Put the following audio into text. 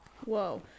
Whoa